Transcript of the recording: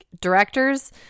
directors